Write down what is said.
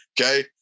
Okay